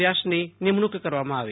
વ્યાસની નિમણુંક કરવામાં આવી